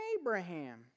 Abraham